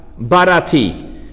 Barati